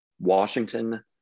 Washington